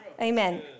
Amen